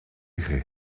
chi